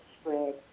spread